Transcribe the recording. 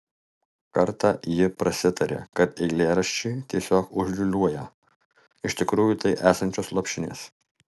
kartą ji prasitarė kad eilėraščiai tiesiog užliūliuoją iš tikrųjų tai esančios lopšinės